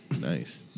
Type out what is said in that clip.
Nice